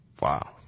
Wow